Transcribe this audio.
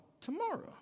tomorrow